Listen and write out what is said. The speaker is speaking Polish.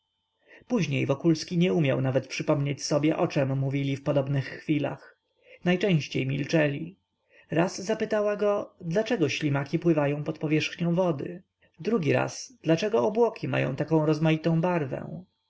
później wokulski nie umiał nawet przypomnieć sobie o czem mówili w podobnych chwilach najczęściej milczeli raz zapytała go dlaczego ślimaki pływają pod powierzchnią wody drugi raz dlaczego obłoki mają tak rozmaitą barwę